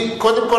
קודם כול,